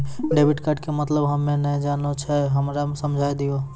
Debit card के मतलब हम्मे नैय जानै छौ हमरा समझाय दियौ?